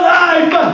life